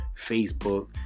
Facebook